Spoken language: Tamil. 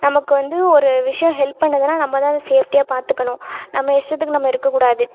நமக்கு வந்து ஒரு விஷயம் ஹெல்ப் பண்ணுதுன்னா நம்ம தான் அத சேஃப்டியாக பார்த்துக்கணும் நம்ம இஷ்டத்துக்கு நம்ம இருக்கக்கூடாது